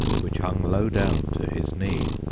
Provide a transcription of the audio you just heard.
which hung low down to his knee,